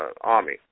army